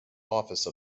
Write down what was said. office